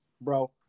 Bro